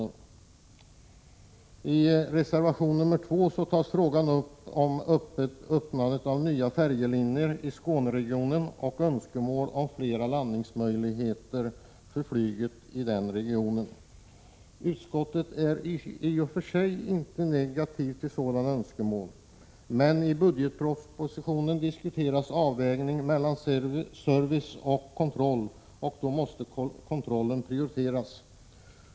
Vad gäller sambandscentralen i Kungshamn har det inte förekommit några ambitioner att förändra dennas verksamhet. Utskottet är inte i och för sig negativt till sådana önskemål, men i Prot. 1986/87:113 budgetpropositionen diskuteras avvägningen mellan service och kontroll, 29 april 1987 och därvid måste kontrollen prioriteras.